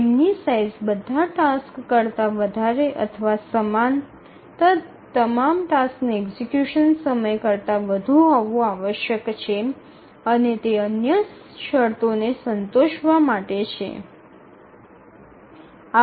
ફ્રેમની સાઇઝ બધા ટાસ્ક કરતા વધારે અથવા સમાન તમામ ટાસ્કના એક્ઝિકયુશન સમય કરતા વધુ હોવું આવશ્યક છે અને તે અન્ય શરતોને સંતોષવા માટે છે